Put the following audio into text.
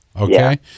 okay